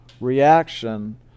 reaction